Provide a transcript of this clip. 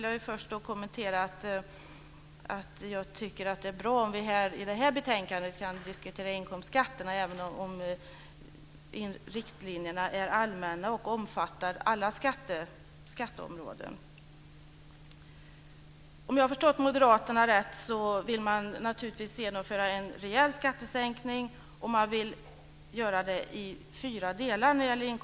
Jag tycker att det vore bra om vi, när vi behandlar det här betänkandet, diskuterar inkomstskatterna även om riktlinjerna är allmänna och omfattar alla skatteområden. Om jag har förstått Moderaterna rätt vill de genomföra en rejäl skattesänkning i fyra delar.